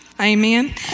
Amen